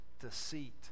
deceit